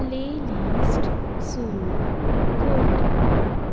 playlist सुरू कर